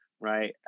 right